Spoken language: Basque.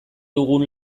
dugun